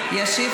היושבת-ראש,